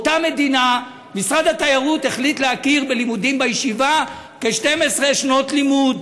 אותה מדינה: משרד התיירות החליט להכיר בלימודים בישיבה כ-12 שנות לימוד.